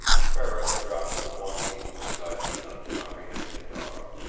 ferris dropped to one knee beside the uncomprehending dog.